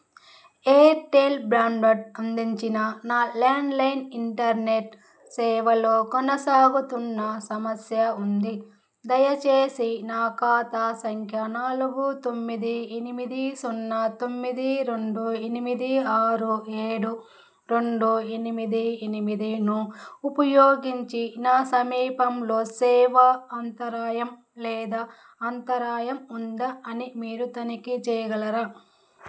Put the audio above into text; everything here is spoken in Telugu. ఎయిర్టెల్ బ్రాడ్బ్యాండ్ అందించిన నా ల్యాండ్లైన్ ఇంటర్నెట్ సేవలో కొనసాగుతున్న సమస్య ఉంది దయచేసి నా ఖాతా సంఖ్య నాలుగు తొమ్మిది ఎనిమిది సున్నా తొమ్మిది రొండు ఎనిమిది ఆరు ఏడు రొండు ఎనిమిది ఎనిమిదిను ఉపయోగించి నా సమీపంలో సేవా అంతరాయం లేదా అంతరాయం ఉందా అని మీరు తనిఖీ చేయగలరా